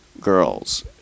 girls